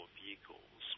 vehicles